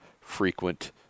frequent